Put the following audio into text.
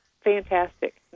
fantastic